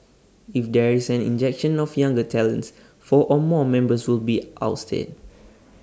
if there is an injection of younger talents four or more members will be ousted